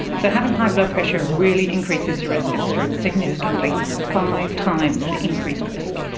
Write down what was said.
so having high blood pressure really increases your risk of stroke significantly, five times the increased risk.